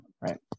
right